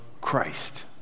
Christ